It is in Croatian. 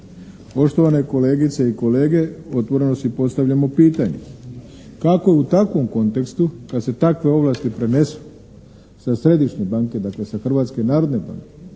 Poštovane kolegice i kolege, otvoreno si postavljamo pitanje kako u takvom kontekstu kad se takve ovlasti prenesu sa Središnje banke, dakle sa Hrvatske narodne banke